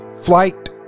Flight